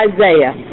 Isaiah